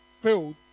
filled